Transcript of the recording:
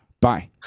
Bye